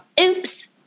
oops